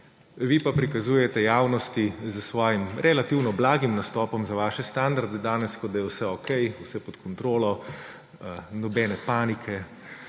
vi pa prikazujete javnosti s svojim relativno blagim nastopom za svoje standarde danes, kot da je vse okej, vse pod kontrolo, nobene panike,